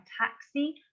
taxi